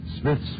Smith's